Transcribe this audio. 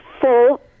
full